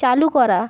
চালু করা